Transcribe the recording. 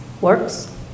works